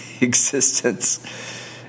existence